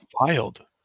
wild